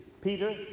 Peter